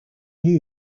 new